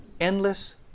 endless